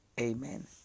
Amen